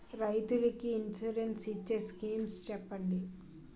రైతులు కి ఇన్సురెన్స్ ఇచ్చే స్కీమ్స్ చెప్పండి?